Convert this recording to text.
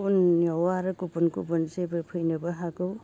उननियाव आरो गुबुन गुबुन जेबो फैनोबो हागौ